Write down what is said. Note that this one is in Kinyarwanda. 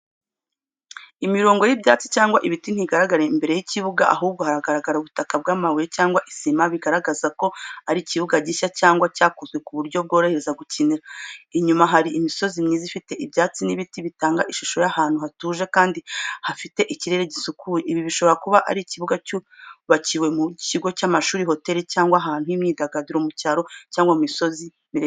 Imirongo y’ibyatsi cyangwa ibiti ntigaragara imbere y’ikibuga, ahubwo hagaragara ubutaka bw’amabuye cyangwa isima, bigaragaza ko ari ikibuga gishya cyangwa cyakozwe ku buryo bworohereza gukinira. Inyuma hari imisozi myiza ifite ibyatsi n’ibiti, bigatanga ishusho y’ahantu hatuje kandi hafite ikirere gisukuye. Ibi bishobora kuba ari ikibuga cyubakiwe mu kigo cy’amashuri, hoteli, cyangwa ahantu h’imyidagaduro mu cyaro cyangwa mu misozi miremire.